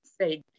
say